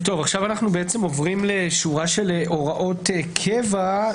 אנחנו עוברים לשורה של הוראות קבע,